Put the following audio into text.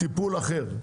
טיפול אחר.